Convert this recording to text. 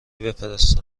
بفرستم